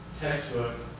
textbook